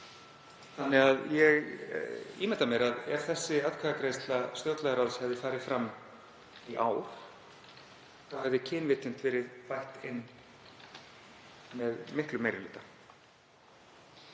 þannig að ég ímynda mér að ef þessi atkvæðagreiðsla stjórnlagaráðs hefði farið fram í ár hefði kynvitund verið bætt inn með miklum meiri hluta.